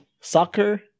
soccer